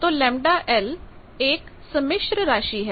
तो ΓL एक सम्मिश्र राशि है